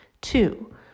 Two